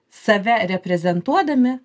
save reprezentuodami